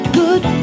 good